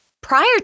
Prior